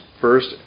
first